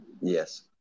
Yes